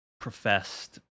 professed